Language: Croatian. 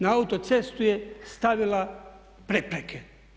Na autocestu je stavila prepreke.